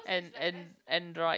and and android